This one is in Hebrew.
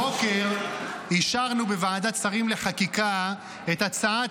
הבוקר אישרנו בוועדת שרים לחקיקה את הצעת